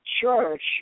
church